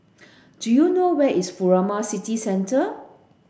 do you know where is Furama City Centre